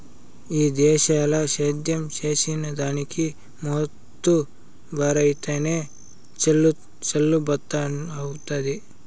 ఈ దేశంల సేద్యం చేసిదానికి మోతుబరైతేనె చెల్లుబతవ్వుతాది